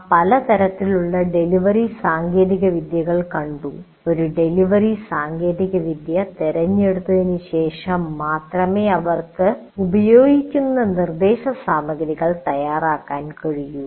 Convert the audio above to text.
നാം പലതരത്തിലുള്ള ഡെലിവറി സാങ്കേതികവിദ്യകൾ കണ്ടു ഒരു ഡെലിവറി സാങ്കേതികവിദ്യ തിരഞ്ഞെടുത്തതിനു ശേഷം മാത്രമേ അവർക്ക് ഉപയോഗിക്കേണ്ടുന്ന നിർദ്ദേശസാമഗ്രികൾ തയ്യാറാക്കാൻ കഴിയൂ